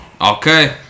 Okay